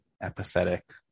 apathetic